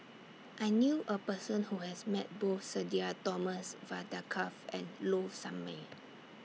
I knew A Person Who has Met Both Sudhir Thomas Vadaketh and Low Sanmay